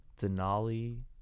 denali